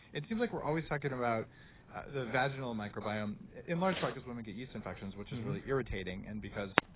it seems like we're always talking about the vaginal microbiome, in large part, because women get yeast infections, which is really irritating and because,